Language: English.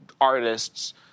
artists